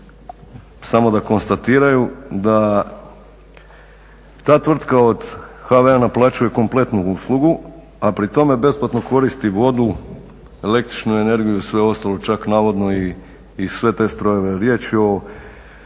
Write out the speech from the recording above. samo da konstatiraju da ta tvrtka od HV-a naplaćuje kompletnu uslugu a pri tome besplatno koristi vodu, električnu energiju i sve ostalo, čak navodno i sve te strojeve.